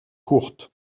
courtes